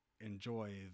enjoy